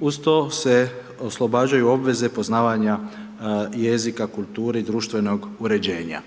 uz to se oslobađaju obveze poznavanja jezika, kulture i društvenog uređenja.